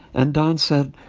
and don said,